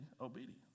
obedience